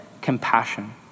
compassion